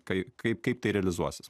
kai kaip kaip tai realizuosis